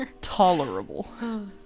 Tolerable